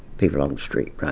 people on the street, right?